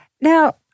Now